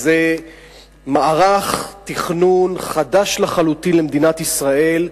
זה מערך תכנון חדש לחלוטין למדינת ישראל,